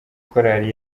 korali